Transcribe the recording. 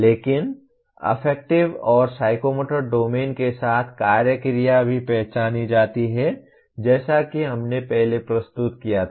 लेकिन एफ़ेक्टिव और psychomotor domain के साथ कार्य क्रिया भी पहचानी जाती है जैसा कि हमने पहले प्रस्तुत किया था